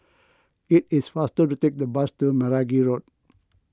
it is faster to take the bus to Meragi Road